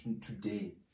today